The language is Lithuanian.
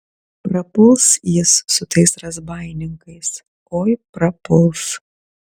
prapuls jis su tais razbaininkais oi prapuls